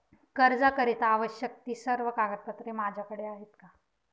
कर्जाकरीता आवश्यक ति सर्व कागदपत्रे माझ्याकडे आहेत का?